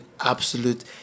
absolute